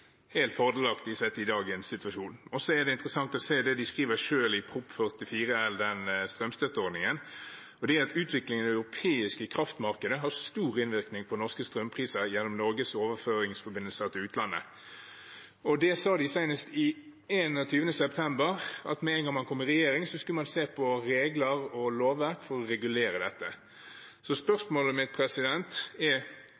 i lys av dagens situasjon. Det er også interessant å se det de selv skriver i Prop. 44 L, om strømstøtteordningen og det at utviklingen i det europeiske kraftmarkedet har stor innvirkning på norske strømpriser gjennom Norges overføringsforbindelser til utlandet. Senest 21. september sa de at med en gang man kom i regjering, skulle man se på regler og lovverk for å regulere dette.